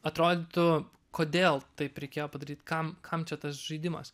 atrodytų kodėl taip reikėjo padaryt kam kam čia tas žaidimas